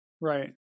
Right